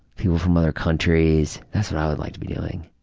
people from other countries. that's what i would like to be doing.